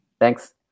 Thanks